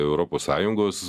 europos sąjungos